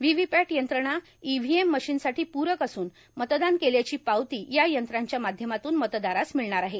VVPAT यंत्रणा EVM र्माशनसाठो प्रक असून मतदान केल्याची पावती या यंत्राच्या माध्यमातून मतदारास मिळणार आहे